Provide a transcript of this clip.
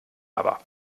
aber